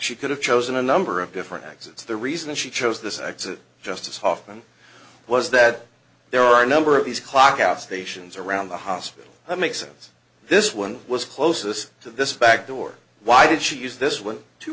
she could have chosen a number of different exits the reason she chose this exit just as hoffman was that there are a number of these clock out stations around the hospital that make sense this one was closest to this back door why did she use this when two